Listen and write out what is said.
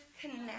connect